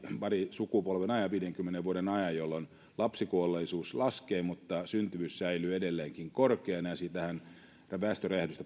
sukupolven ajan viidenkymmenen vuoden ajan jolloin lapsikuolleisuus laskee mutta syntyvyys säilyy edelleenkin korkeana tätä väestöräjähdystä